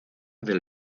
del